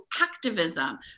activism